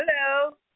Hello